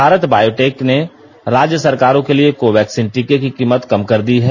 Bharat Biotech ने राज्य सरकारों के लिए कोवैक्सीन टीके की कीमत कम कर दी है